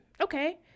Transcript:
Okay